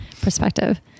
perspective